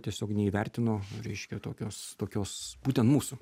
tiesiog neįvertino reiškia tokios tokios būtent mūsų